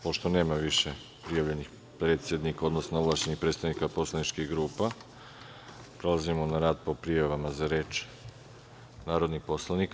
Pošto nema više prijavljenih predsednika, odnosno ovlašćenih predstavnika poslaničkih grupa, prelazimo na rad po prijavama za reč narodnih poslanika.